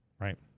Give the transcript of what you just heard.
right